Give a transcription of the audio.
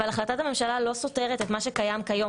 החלטת הממשלה לא סותרת את מה שקיים כיום